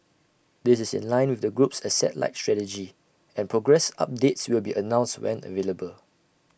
this is in line with the group's asset light strategy and progress updates will be announced when available